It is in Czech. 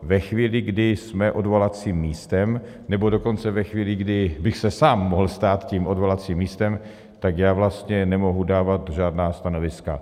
Ve chvíli, kdy jsme odvolacím místem, nebo dokonce ve chvíli, kdy bych se sám mohl stát tím odvolacím místem, tak já vlastně nemohu dávat žádná stanoviska.